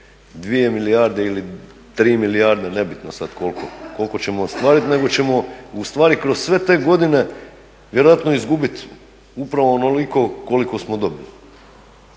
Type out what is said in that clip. onih 2 milijarde ili 3 milijarde, nebitno sada koliko ćemo ostvariti nego ćemo ustvari kroz sve te godine vjerojatno izgubiti upravo onoliko koliko smo dobili.